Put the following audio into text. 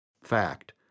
Fact